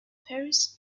paris